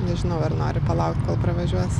nežinau ar nori palaukt kol pravažiuos